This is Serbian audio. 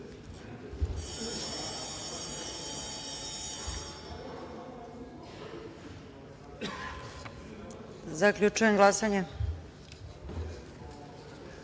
Zaključujem glasanje: